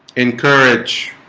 encourage